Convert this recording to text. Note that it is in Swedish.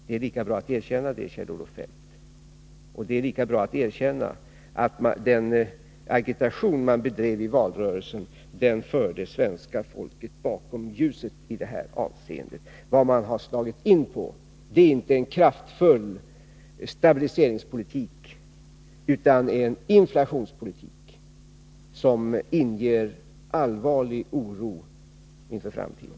Det är lika bra att erkänna det, Kjell-Olof Feldt, och det är lika bra att erkänna att den agitation ni bedrev i valrörelsen förde svenska folket bakom ljuset i detta avseende. Vad regeringen har slagit in på är inte en kraftfull stabiliseringspolitik, utan en inflationspolitik som inger allvarlig oro inför framtiden.